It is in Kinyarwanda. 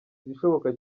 igishoboka